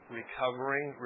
recovering